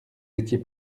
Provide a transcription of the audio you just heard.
étiez